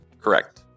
Correct